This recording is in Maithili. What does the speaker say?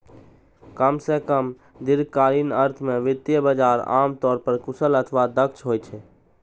कम सं कम दीर्घकालीन अर्थ मे वित्तीय बाजार आम तौर पर कुशल अथवा दक्ष होइ छै